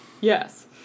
Yes